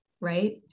right